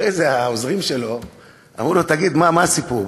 אחרי זה העוזרים שלו אמרו לו: תגיד, מה הסיפור?